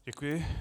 Děkuji.